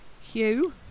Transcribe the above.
Hugh